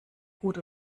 gut